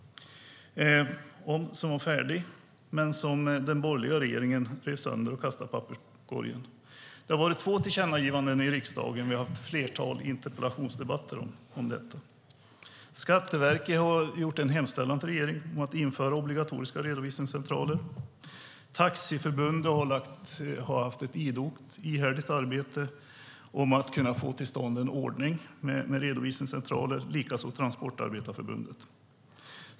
Den var färdig då, men den borgerliga regeringen rev sönder den och kastade den i papperskorgen. Det har varit två tillkännagivanden, och vi har haft ett flertal interpellationsdebatter om detta. Skatteverket har gjort en hemställan till regeringen om att införa obligatoriska redovisningscentraler. Taxiförbundet har gjort ett ihärdigt arbete för att få till stånd en ordning med redovisningscentraler, likaså Transportarbetareförbundet.